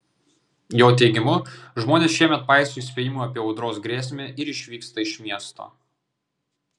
jo teigimu žmonės šiemet paiso įspėjimų apie audros grėsmę ir išvyksta iš miesto